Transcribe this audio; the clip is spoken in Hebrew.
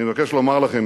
אני מבקש לומר לכם,